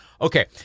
Okay